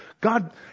God